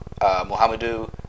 Muhammadu